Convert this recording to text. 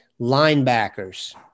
Linebackers